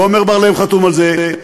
ועמר בר-לב חתום על זה,